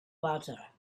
butter